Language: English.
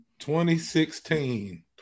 2016